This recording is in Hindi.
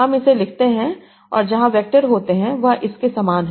हम इसे लिखते हैं और जहां वैक्टर होते हैं वह इस के समान हैं